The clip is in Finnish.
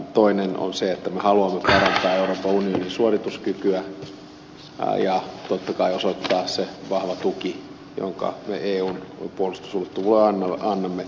toinen on se että me haluamme parantaa euroopan unionin suorituskykyä ja totta kai osoittaa sen vahvan tuen jonka me eun puolustusulottuvuudelle annamme